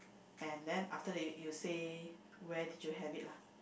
and then after it you say when did you have it lah